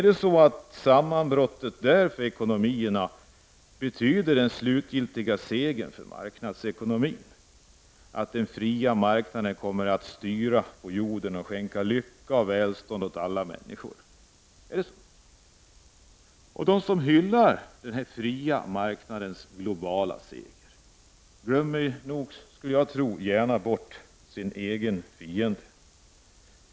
Betyder sammanbrottet för ekonomierna i Östeuropa den slutgiltiga segern för marknadsekonomin, att den fria marknaden kommer att styra på jorden och skänka lycka och välstånd åt alla människor? De som hyllar denna den fria marknadens globala seger glömmer gärna bort att den blir sin egen fiende.